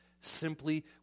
simply